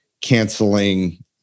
canceling